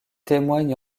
témoigne